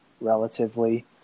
relatively